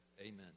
Amen